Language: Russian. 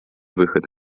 выход